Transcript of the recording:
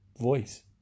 voice